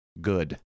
good